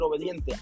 obediente